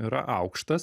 yra aukštas